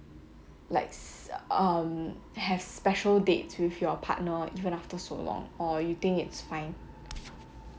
like ce~ um have special dates with your partner even after so long or you think it's fine